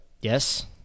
yes